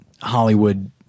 Hollywood